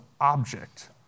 object